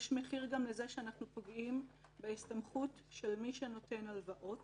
יש מחיר גם לזה שאנחנו פוגעים בהסתמכות של מי שנותן הלוואות,